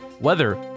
weather